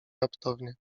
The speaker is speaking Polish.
raptownie